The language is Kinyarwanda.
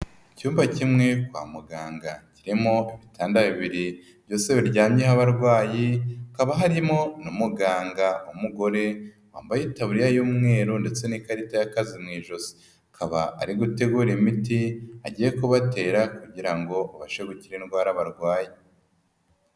Icyumba kimwe kwa muganga, kirimo ibitanda bibiri byose biryamyeho abarwayi hakaba harimo n'umuganga w'umugore wambaye itaburiya y'umweru ndetse n'ikarita y'akazi mu ijosi, akaba ari gutegura imiti agiye kubatera kugira ngo babashe gukira indwara barwaye.